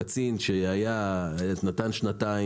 קצין שנתן שנתיים,